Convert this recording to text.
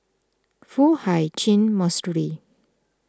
Foo Hai Ch'an Monastery